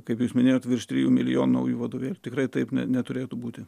kaip jūs minėjote virš trijų milijonų naujų vadovėlių tikrai taip neturėtų būti